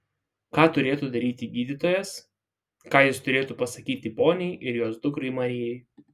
ką turėtų daryti gydytojas ką jis turėtų pasakyti poniai ir jos dukrai marijai